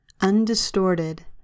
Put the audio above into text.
undistorted